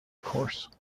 course